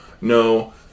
no